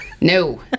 No